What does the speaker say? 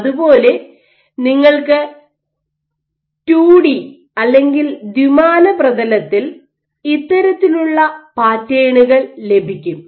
അതുപോലെ നിങ്ങൾക്ക് 2 ഡി പ്രതലത്തിൽ ഇത്തരത്തിലുള്ള പാറ്റേണുകൾ ലഭിക്കും